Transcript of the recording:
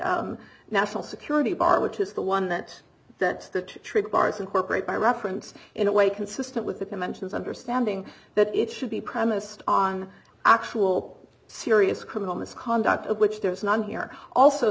a national security bar which is the one that that's the trick bars incorporate by reference in a way consistent with the conventions understanding that it should be premised on actual serious criminal misconduct of which there is none here also